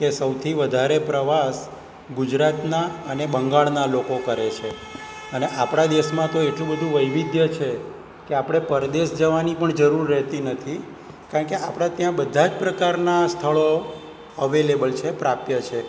કે સૌથી વધારે પ્રવાસ ગુજરાતના અને બંગાળના લોકો કરે છે અને આપળા દેશમાં તો એટલું બધું વૈવિધ્ય છે કે આપણે પરદેશ જવાની પણ જરૂર રહેતી નથી કારણ કે આપણા ત્યાં બધા જ પ્રકારના સ્થળો અવેલેબલ છે પ્રાપ્ય છે